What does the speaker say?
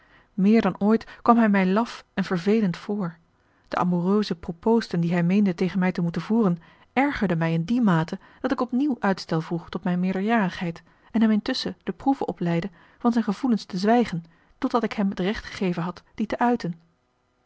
meer dan ooit kwam hij mij laf en vervelend voor de amoureuse propoosten die hij meende tegen mij te moeten voeren ergerden mij in die mate dat ik opnieuw uitstel vroeg tot mijne meerderjarigheid en hem intusschen de proeve opleide van zijne gevoelens te zwijgen totdat ik hem het recht gegeven had die te uiten